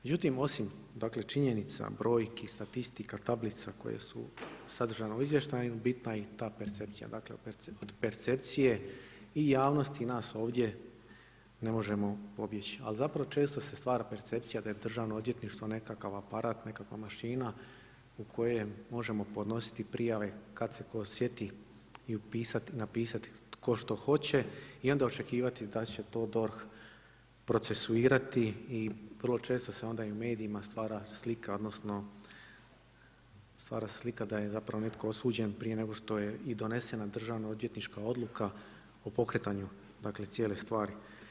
Međutim osim činjenica, brojki, statistika, tablica koje su sadržane u izvještajima bitna je i ta percepcija, dakle od percepcije i javnosti i nas ovdje ne možemo pobjeći, ali zapravo često se stvara percepcija da je DORH nekakav aparat, nekakva mašina u koje možemo podnositi prijave kad se tko sjeti i napisati tko što hoće i onda očekivati da će to DORH procesuirati i vrlo često se onda i u medijima stvara slika odnosno stvara se slika da je netko osuđen prije nego što je i donesena državnoodvjetnička odluka o pokretanju cijele stvari.